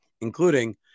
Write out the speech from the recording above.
including